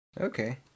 okay